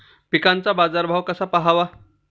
पिकांचा बाजार भाव कसा पहावा?